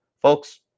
Folks